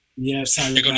Yes